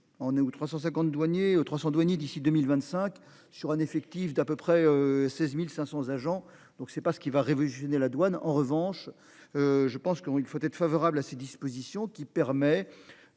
douaniers 300 douaniers d'ici 2025 sur un effectif d'à peu près 16.500 agents donc c'est pas ce qui va révolutionner la douane en revanche. Je pense qu'il faut être favorable à ces dispositions qui permet